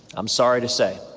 i'm sorry to say.